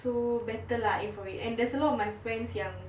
so better lah aim for it and there's a lot of my friends yang